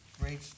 Great